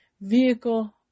vehicle